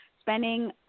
spending